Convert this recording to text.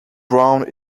brown